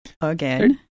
again